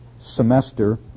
semester